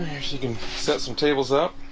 set some tables up